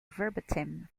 verbatim